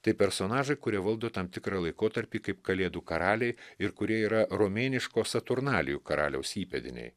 tai personažai kurie valdo tam tikrą laikotarpį kaip kalėdų karaliai ir kurie yra romėniško saturnalijų karaliaus įpėdiniai